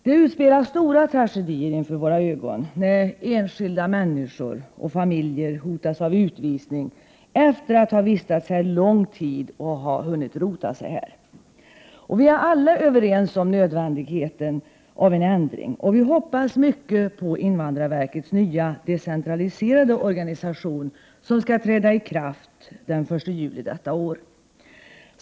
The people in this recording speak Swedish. Det utspelas stora tragedier inför våra ögon när enskilda människor och familjer hotas av utvisning efter det att de har vistats här under lång tid och hunnit rota sig. Vi är alla överens om nödvändigheten av en ändring, och vi hoppas därför mycket på invandrarverkets nya decentraliserade organisation, som skall träda i kraft den 1 juli i år.